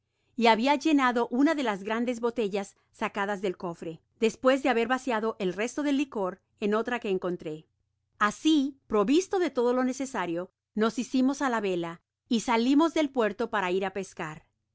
y habia llenado una de las grandes botellas sacadas del cofre despues de haber vaciado el resto del licor en otra que encontre asi provisto de todo lo necesario nos hicimos á la vela y salimos del puerto para ir á pescar